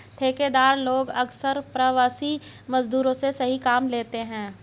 ठेकेदार लोग अक्सर प्रवासी मजदूरों से ही काम लेते हैं